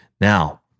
Now